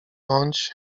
bądź